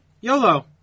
yolo